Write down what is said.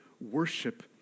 worship